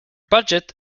budget